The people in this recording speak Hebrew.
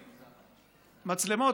מצלמות,